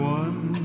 one